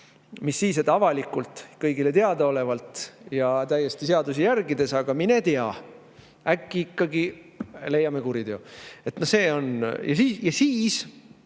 mis siis, et avalikult, kõigile teadaolevalt ja täiesti seadusi järgides. Mine tea, äkki ikkagi leiame kuriteo. Ja siis